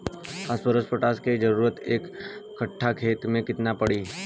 Phosphorus potash के जरूरत एक कट्ठा खेत मे केतना पड़ी?